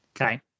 okay